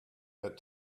bent